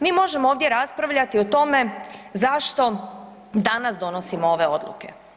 Mi možemo ovdje raspravljati o tome zašto danas donosimo ove odluke.